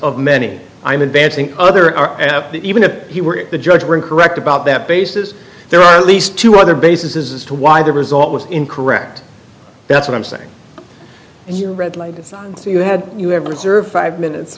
of many i'm advancing other the even if he were the judge were incorrect about that basis there are at least two other bases as to why the result was incorrect that's what i'm saying and you read like you had you have reserved five minutes